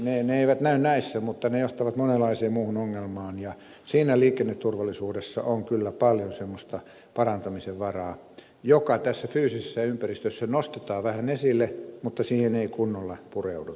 ne eivät näy näissä mutta ne johtavat monenlaiseen muuhun ongelmaan ja siinä liikenneturvallisuudessa on kyllä paljon semmoista parantamisen varaa joka tässä fyysisessä ympäristössä nostetaan vähän esille mutta johon ei kunnolla pureuduta